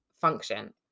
function